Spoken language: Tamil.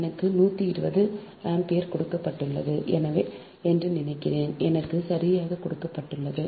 எனக்கு 120 ஆம்பியர் கொடுக்கப்பட்டிருக்கிறது என்று நினைக்கிறேன் எனக்கு சரியாக கொடுக்கப்பட்டுள்ளது